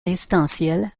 résidentiel